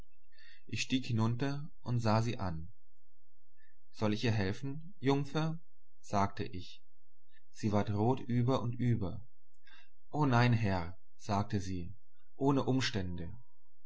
ich stieg hinunter und sah sie an soll ich ihr helfen jungfer sagte ich sie ward rot über und über o nein herr sagte sie ohne umstände